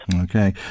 Okay